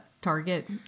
Target